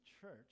church